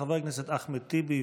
חבר הכנסת אחמד טיבי,